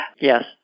Yes